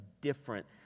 different